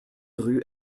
rue